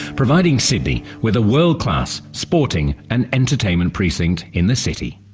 providing sydney with a world-class sporting and entertainment precinct in the city.